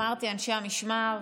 אמרתי, אנשי המשמר.